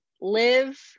live